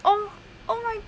oh oh my gosh